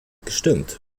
gestimmt